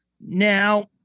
Now